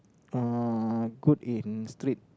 uh good in street